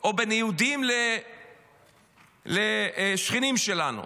או בין יהודים לשכנים שלנו.